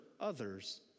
others